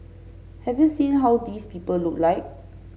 have you seen how these people look like